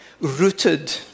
rooted